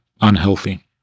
unhealthy